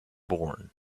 born